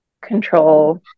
control